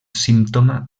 símptoma